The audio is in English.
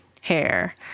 hair